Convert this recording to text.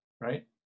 Right